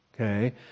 okay